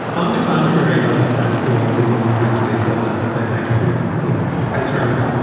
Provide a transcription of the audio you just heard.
on the contrary. doesn't sound cool even when brisley says it. i think we've determined.